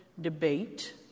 debate